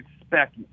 expect